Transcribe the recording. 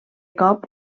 cop